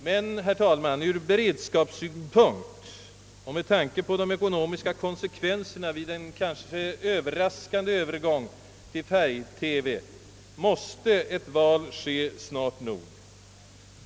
Men, herr talman, ur beredskapssynpunkt och med tanke på de ekonomiska konsekvenserna vid en kanske överraskande övergång till färg-TV måste ett val träffas snart nog.